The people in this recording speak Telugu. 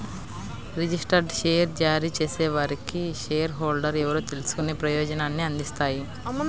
రిజిస్టర్డ్ షేర్ జారీ చేసేవారికి షేర్ హోల్డర్లు ఎవరో తెలుసుకునే ప్రయోజనాన్ని అందిస్తాయి